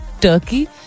Turkey